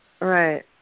Right